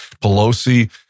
Pelosi